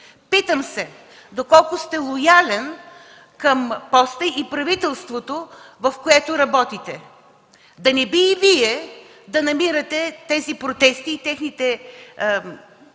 Питам се: доколко сте лоялен към поста и правителството, в което работите? Да не би и Вие да намирате тези протести и техните